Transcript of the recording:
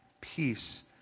peace